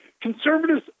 Conservatives